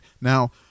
Now